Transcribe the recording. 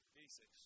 basic